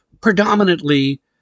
predominantly